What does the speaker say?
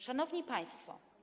Szanowni Państwo!